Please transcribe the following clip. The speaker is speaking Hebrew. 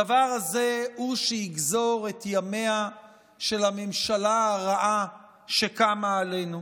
הדבר הזה הוא שיגזור את ימיה של הממשלה הרעה שקמה עלינו.